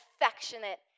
affectionate